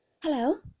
Hello